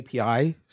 api